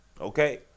Okay